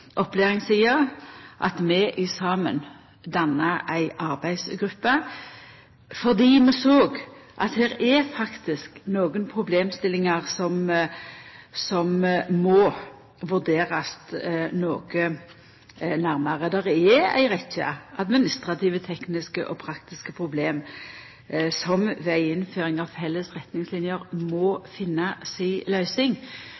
saman danna ei arbeidsgruppe. Vi såg at her er det faktisk nokre problemstillingar som må vurderast noko nærmare. Det er ei rekkje administrative, tekniske og praktiske problem som ved innføring av felles retningslinjer